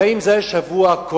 הרי אם זה היה שבוע קודם